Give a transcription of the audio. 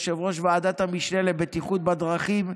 יושב-ראש ועדת המשנה לבטיחות בדרכים,